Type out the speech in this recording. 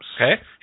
Okay